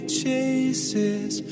chases